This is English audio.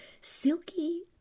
silky